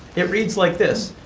it reads like this.